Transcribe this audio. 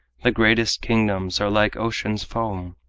the greatest kingdoms are like ocean's foam,